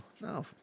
no